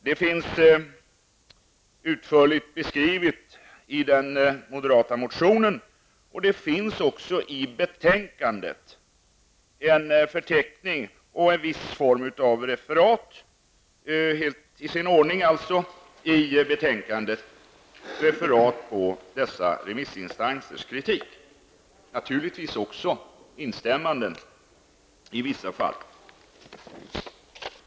Detta finns beskrivet dels i den moderata motionen, dels i betänkandet i form av referat av dessa remissinstansers kritik och, naturligtvis, också i instämmanden i vissa fall.